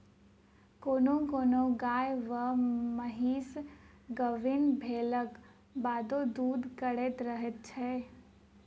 कोनो कोनो गाय वा महीस गाभीन भेलाक बादो दूध करैत रहैत छै